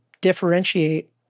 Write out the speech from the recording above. differentiate